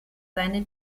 seine